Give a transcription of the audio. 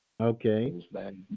Okay